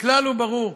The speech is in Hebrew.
הכלל ברור: